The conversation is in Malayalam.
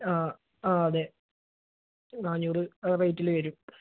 ആ ആ അതെ നാനൂറ് റേറ്റില് വരും